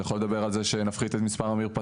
זה יכול לדבר על זה שנפחית את סטנדרט המרפסות.